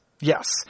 Yes